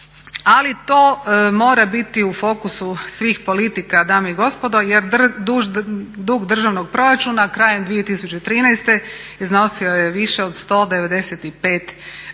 ali to mora biti u fokusu svih politika dame i gospodo jer dug državnog proračuna krajem 2013. iznosio je više od 195 milijardi